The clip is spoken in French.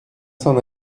s’en